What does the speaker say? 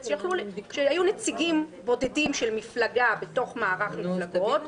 שהיו נציגים בודדים של מפלגה בתוך מערך מפלגות.